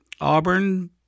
auburn